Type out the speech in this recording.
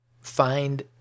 find